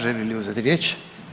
Želi li uzeti riječ?